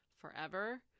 forever